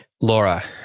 Laura